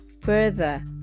Further